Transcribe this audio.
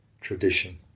tradition